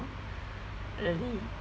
really